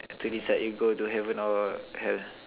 to decide you go to heaven or hell